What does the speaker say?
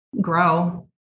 grow